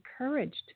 encouraged